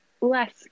less